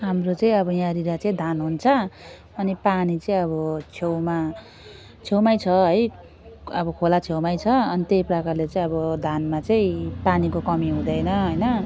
हाम्रो चाहिँ यहाँनेर चाहिँ अब धान हुन्छ अनि पानी चाहिँ अब छेउमा छेउमा छ है अब खोला छेउमा छ अनि त्यही प्रकारले चाहिँ अब धानमा चाहिँ पानीको कमी हुँदैन होइन